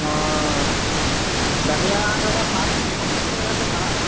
ᱚᱻ ᱰᱟᱞᱤᱭᱟ ᱨᱮᱫᱚ ᱯᱟᱨ ᱯᱤᱥ ᱯᱚᱧᱪᱟᱥ ᱴᱟᱠᱟ ᱠᱟᱛᱮᱫ ᱯᱟᱲᱟᱜᱼᱟ